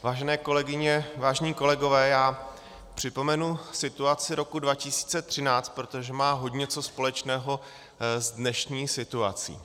Vážené kolegyně, vážení kolegové, já připomenu situaci roku 2013, protože má hodně co společného s dnešní situací.